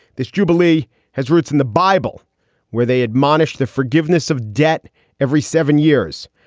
this jubilee has roots in the bible where they admonish the forgiveness of debt every seven years.